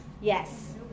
yes